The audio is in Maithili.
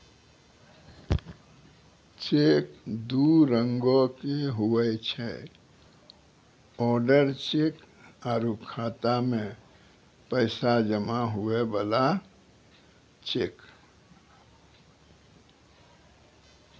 चेक दू रंगोके हुवै छै ओडर चेक आरु खाता मे पैसा जमा हुवै बला चेक